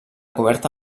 coberta